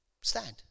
Stand